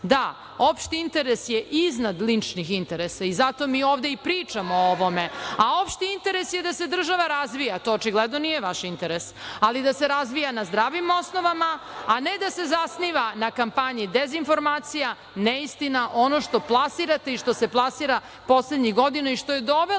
da, opšti interes je iznad ličnih interesa i zato mi ovde i pričamo o ovome. A opšti interes je da se država razvija, to očigledno nije vaš interes, ali da se razvija na zdravim osnovama, a ne da se zasniva na kampanji dezinformacija, neistina, ono što plasirate i što se plasira poslednjih godina i što je dovelo